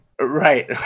Right